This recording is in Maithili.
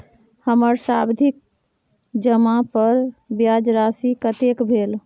हमर सावधि जमा पर ब्याज राशि कतेक भेल?